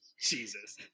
Jesus